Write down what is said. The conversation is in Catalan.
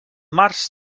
març